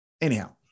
Anyhow